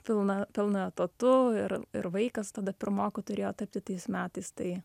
pilna pilnu etatu ir ir vaikas tada pirmoku turėjo tapti tais metais tai